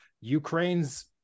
Ukraine's